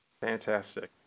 Fantastic